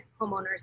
homeowners